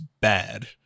bad